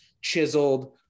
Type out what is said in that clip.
chiseled